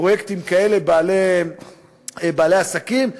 בפרויקטים כאלה, בעלי עסקים.